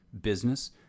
business